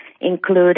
include